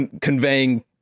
conveying